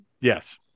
yes